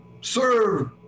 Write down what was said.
serve